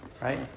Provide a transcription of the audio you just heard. Right